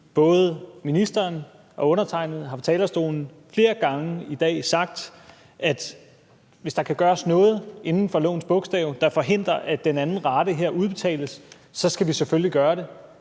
både ministeren og undertegnede har fra talerstolen flere gange i dag sagt, at hvis der kan gøres noget inden for lovens bogstaver, der forhindrer, at den 2. rate her udbetales, skal vi selvfølgelig gøre det.